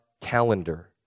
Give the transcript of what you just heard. calendar